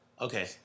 Okay